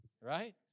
right